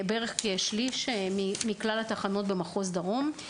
כשליש מכלל התחנות במחוז דרום.